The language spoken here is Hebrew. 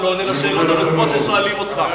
אתה אף פעם לא עונה על השאלות הנוקבות ששואלים אותך.